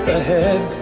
ahead